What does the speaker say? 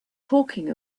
talking